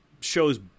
shows